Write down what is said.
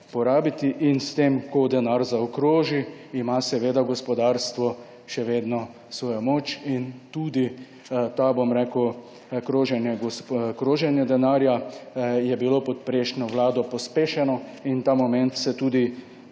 in s tem, ko denar zaokroži, ima seveda gospodarstvo še vedno svojo moč in tudi to kroženje denarja je bilo pod prejšnjo vlado pospešeno in ta moment se tudi